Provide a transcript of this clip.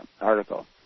article